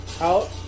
Out